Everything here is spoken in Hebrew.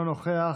אינו נוכח,